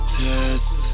test